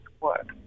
work